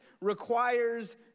requires